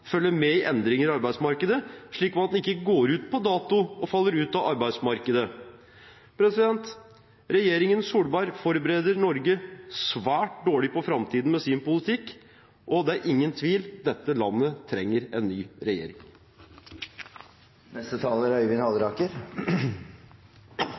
med i endringer i arbeidsmarkedet, slik at man ikke går ut på dato og faller ut av arbeidsmarkedet. Regjeringen Solberg forbereder Norge svært dårlig på framtiden med sin politikk, og det er ingen tvil: Dette landet trenger en ny regjering. Representanten Tajik sa i sitt innlegg at det er